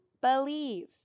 believe